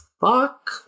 fuck